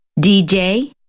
DJ